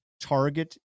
target